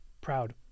proud